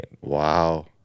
Wow